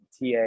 TA